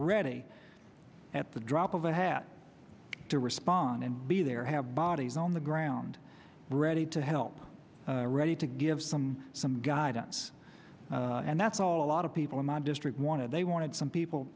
ready at the drop of a hat to respond and be there have bodies on the ground ready to help ready to give some some guidance and that's all a lot of people in my district wanted they wanted some people